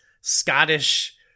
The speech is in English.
Scottish